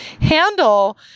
handle